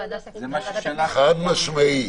חד משמעי.